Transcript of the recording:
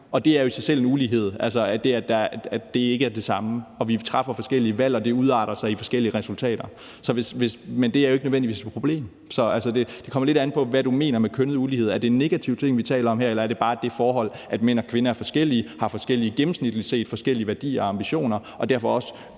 og det er jo i sig selv en ulighed, altså at det ikke er det samme, og at vi træffer forskellige valg, og at det udarter sig i forskellige resultater. Men det er jo ikke nødvendigvis et problem. Så det kommer lidt an på, hvad du mener med kønnet ulighed. Er det en negativ ting, vi taler om her? Eller er det bare det forhold, at mænd og kvinder er forskellige og de gennemsnitligt set har forskellige værdier og ambitioner, og at det derfor også